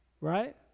right